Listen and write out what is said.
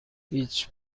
هیچ